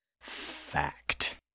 Fact